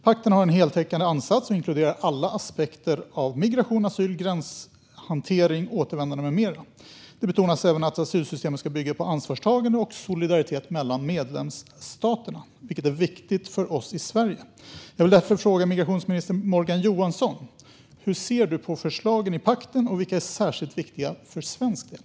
Pakten har en heltäckande ansats som inkluderar alla aspekter av migration, asyl, gränshantering, återvändande med mera. Det betonas även att asylsystemet ska bygga på ansvarstagande och solidaritet mellan medlemsstaterna, vilket är viktigt för oss i Sverige. Jag vill därför ställa följande fråga till migrationsminister Morgan Johansson: Hur ser du på förslagen i pakten, och vilka är särskilt viktiga för svensk del?